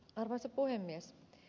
arvoisa puhemies